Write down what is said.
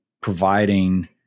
providing